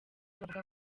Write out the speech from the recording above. bavuga